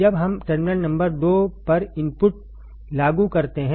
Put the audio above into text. जब हम terminal number दो पर इनपुट लागू करते हैं